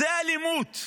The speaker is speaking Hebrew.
זו אלימות.